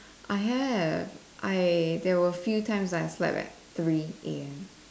I have I there were a few times I slept at three a_m